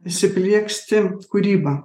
įsiplieksti kūryba